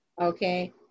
okay